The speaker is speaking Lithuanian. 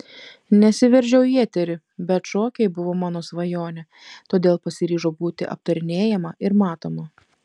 nesiveržiau į eterį bet šokiai buvo mano svajonė todėl pasiryžau būti aptarinėjama ir matoma